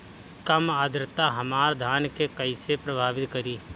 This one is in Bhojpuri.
कम आद्रता हमार धान के कइसे प्रभावित करी?